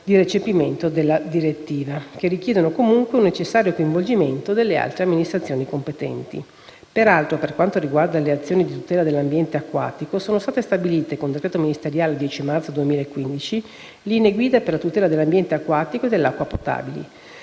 di recepimento della predetta direttiva, che richiedono comunque un necessario coinvolgimento delle altre amministrazioni competenti. Peraltro, per quanto riguarda le azioni di tutela dell'ambiente acquatico, sono state stabilite, con decreto ministeriale del 10 marzo 2015, linee guida per la tutela dell'ambiente acquatico e dell'acqua potabile.